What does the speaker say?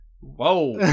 Whoa